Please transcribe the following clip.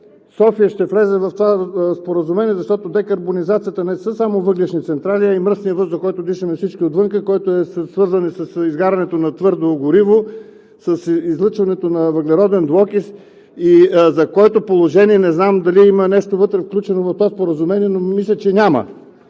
София ще влезе в това споразумение, защото декарбонизацията не са само въглищните централи, а и мръсният въздух, който дишаме всички отвън, който е свързан и с изгарянето на твърдо гориво, с излъчването на въглероден двуокис, за което положение не знам дали има нещо включено в това споразумение, но мисля, че няма?